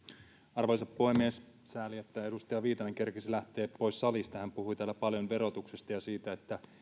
arvoisa puhemies sääli että edustaja viitanen kerkesi lähteä pois salista hän puhui täällä paljon verotuksesta ja siitä että